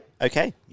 okay